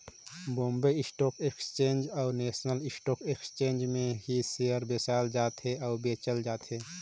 Bombay Stock Exchange अउ National Stock Exchange में ही सेयर बेसाल जाथे अउ बेंचल जाथे